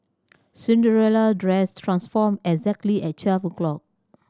Cinderella dress transformed exactly at twelve o'clock